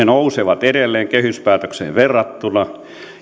nousevat edelleen kehyspäätökseen verrattuna